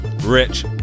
Rich